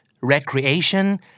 recreation